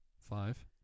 five